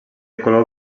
color